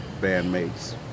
bandmates